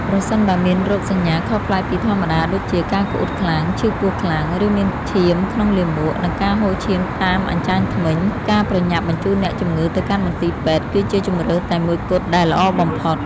ប្រសិនបើមានរោគសញ្ញាខុសប្លែកពីធម្មតាដូចជា ការក្អួតខ្លាំង ឈឺពោះខ្លាំង ឬមានឈាមក្នុងលាមក និងការហូរឈាមតាមអញ្ចាញធ្មេញ ការប្រញាប់បញ្ជូនអ្នកជំងឺទៅកាន់មន្ទីរពេទ្យគឺជាជម្រើសតែមួយគត់ដែលល្អបំផុត។